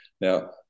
Now